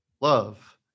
love